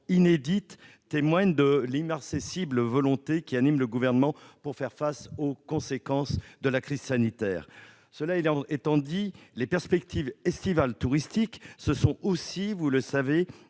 inédite témoigne de l'immarcescible volonté qui anime le Gouvernement de faire face aux conséquences de la crise sanitaire. Cela étant dit, les perspectives estivales touristiques, ce sont aussi, vous le savez,